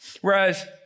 Whereas